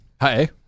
Hi